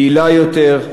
יעילה יותר,